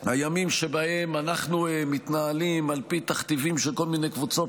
הימים שבהם אנחנו מתנהלים על פי תכתיבים של כל מיני קבוצות